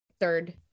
third